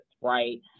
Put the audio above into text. right